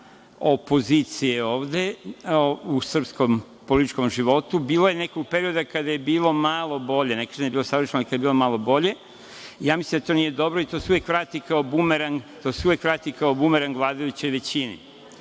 opozicije ovde u srpskom političkom životu. Bilo je nekog perioda kada je bilo malo bolje, ne kažem da je bilo savršeno, ali kada je bilo malo bolje. Mislim da to nije dobro i to se uvek vrati kao bumerang vladajućoj većini.